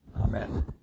Amen